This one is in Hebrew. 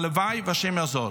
הלוואי וה' יעזור.